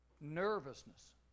Nervousness